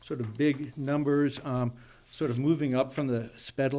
sort of big numbers are sort of moving up from the sped